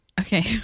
Okay